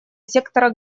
сектора